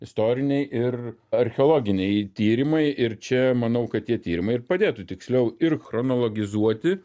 istoriniai ir archeologiniai tyrimai ir čia manau kad tie tyrimai ir padėtų tiksliau ir chronologizuoti